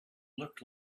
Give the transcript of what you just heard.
looked